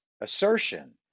assertion